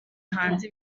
hanze